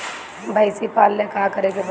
भइसी पालेला का करे के पारी?